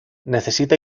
necesita